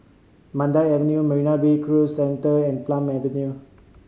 Mandai Avenue Marina Bay Cruise Centre and Palm Avenue